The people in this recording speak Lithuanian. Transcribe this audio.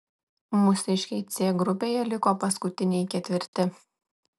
mūsiškiai c grupėje liko paskutiniai ketvirti